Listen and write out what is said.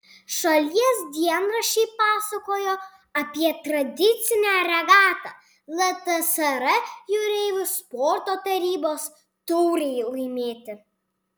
šalies dienraščiai pasakojo apie tradicinę regatą ltsr jūreivių sporto tarybos taurei laimėti